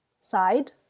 side